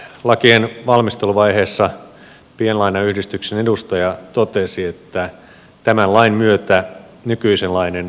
lakien valmisteluvaiheessa pienlainayhdistyksen edustaja totesi että tämän lain myötä nykyisenlainen pikavippibisnes loppuu